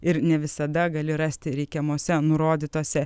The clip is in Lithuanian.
ir ne visada gali rasti reikiamose nurodytose